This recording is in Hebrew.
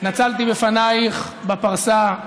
התנצלתי בפנייך בפרסה,